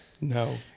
No